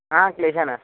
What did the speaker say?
हा क्लेशः नास्ति